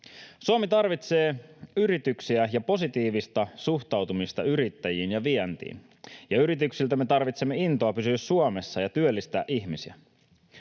Suomi tarvitsee yrityksiä ja positiivista suhtautumista yrittäjiin ja vientiin, ja yrityksiltä me tarvitsemme intoa pysyä Suomessa ja työllistää ihmisiä.